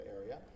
area